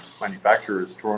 manufacturers